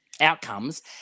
outcomes